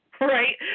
right